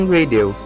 Radio” 、